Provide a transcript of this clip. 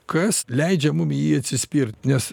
kas leidžia mum į jį atsispirt nes